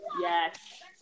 Yes